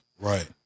Right